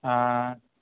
हँ